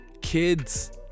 Kids